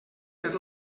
per